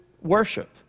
worship